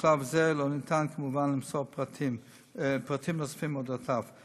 ובשלב זה לא ניתן כמובן למסור פרטים נוספים על אודותיו.